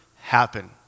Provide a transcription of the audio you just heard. happen